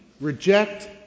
reject